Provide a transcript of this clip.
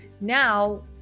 Now